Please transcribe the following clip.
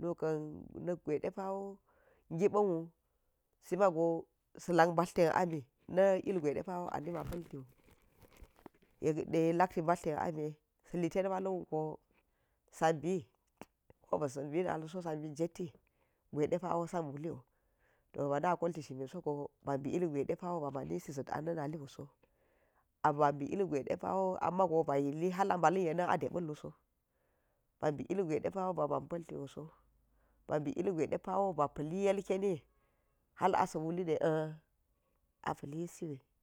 nuka̱n nekgwa̱i ɗepa̱ gepa̱nwu sima̱u go sa̱la̱k mbatlar ten ami na̱ ilgwai depa̱wo a na̱ma̱ pa̱ltiwu yekda̱ lakti mbatlar ten amirre, sa la̱test ma̱la̱n wugo sa̱bi, kobis bi na̱lso sa̱bi jetti gwaɗepa̱wo sa̱ buliu to bana kolti shinmi sogo ba̱bi ilgwa̱i ɗepa̱wo ba̱ ma̱nisi za̱t an na̱ na̱liuso, amma abi ilgwa̱i ɗepa̱wo amau ba̱yili ha̱l a ba̱la̱n yena̱n a deba̱lluso, ba̱bi ilgwai depa̱wo baman paltison ba̱bi ilgwai depa̱wo ba̱ pa̱li ilkeni ha̱r asa̱ wulidi an apa̱lisi wi